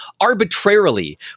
arbitrarily